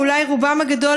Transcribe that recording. ואולי רובם הגדול,